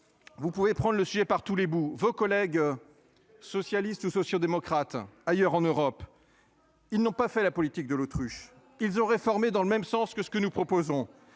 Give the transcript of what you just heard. Vous pouvez prendre le par tous les bouts, vos collègues. Socialistes ou sociaux-démocrates. Ailleurs en Europe. Ils n'ont pas fait la politique de l'autruche. Ils ont réformé dans le même sens que ce que nous proposons